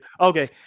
Okay